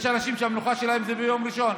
יש אנשים שהמנוחה שלהם היא ביום ראשון.